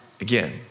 again